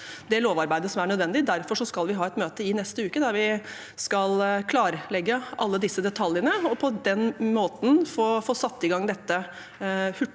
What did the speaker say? det lovarbeidet som er nødvendig. Derfor skal vi ha et møte i neste uke der vi skal klarlegge alle disse detaljene, og på den måten få satt i gang dette hurtig